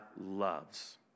loves